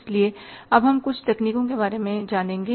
इसलिए अब हम कुछ तकनीकों के बारे में जानेंगे